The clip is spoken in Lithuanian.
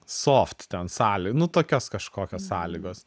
soft ten sali nu tokios kažkokios sąlygos